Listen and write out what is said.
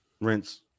rinse